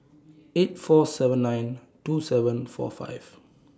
eight four seven nine two seven four five